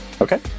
Okay